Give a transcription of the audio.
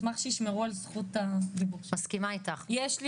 יש לי